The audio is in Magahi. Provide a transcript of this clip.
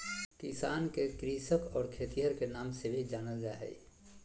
किसान के कृषक और खेतिहर के नाम से भी जानल जा हइ